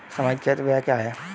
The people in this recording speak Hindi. सामाजिक क्षेत्र व्यय क्या है?